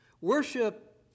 Worship